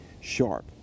sharp